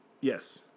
Yes